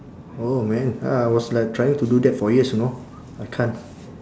oh man uh I was like trying to do that for years you know I can't